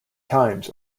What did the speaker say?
times